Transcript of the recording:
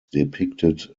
depicted